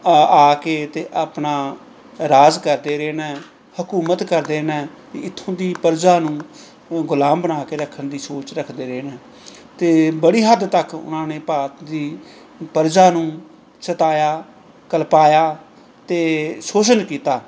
ਆ ਕੇ ਅਤੇ ਆਪਣਾ ਰਾਜ ਕਰਦੇ ਰਹਿਣਾ ਹਕੂਮਤ ਕਰਦੇ ਨੇ ਇੱਥੋਂ ਦੀ ਪ੍ਰਜਾ ਨੂੰ ਉਹ ਗੁਲਾਮ ਬਣਾ ਕੇ ਰੱਖਣ ਦੀ ਸੋਚ ਰੱਖਦੇ ਰਹਿਣਾ ਅਤੇ ਬੜੀ ਹੱਦ ਤੱਕ ਉਹਨਾਂ ਨੇ ਭਾਰਤ ਦੀ ਪ੍ਰਜਾ ਨੂੰ ਸਤਾਇਆ ਕਲਪਾਇਆ ਅਤੇ ਸੋਸ਼ਣ ਕੀਤਾ